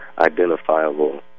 identifiable